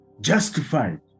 justified